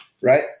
right